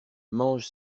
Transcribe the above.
mange